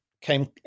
came